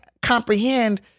comprehend